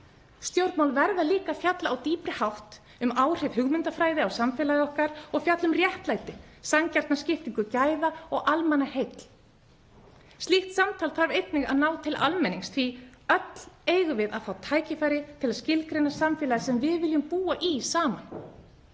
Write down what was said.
Stjórnmál verða líka að fjalla á dýpri hátt um áhrif hugmyndafræði á samfélagið okkar og um réttlæti, sanngjarna skiptingu gæða og almannaheill. Slíkt samtal þarf einnig að ná til almennings því að öll eigum við að fá tækifæri til að skilgreina samfélagið sem við viljum búa í saman.